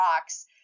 rocks